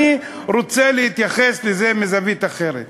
אני רוצה להתייחס לזה מזווית אחרת: